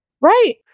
Right